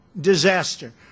disaster